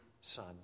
son